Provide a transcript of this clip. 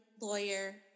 lawyer